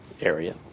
area